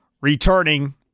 returning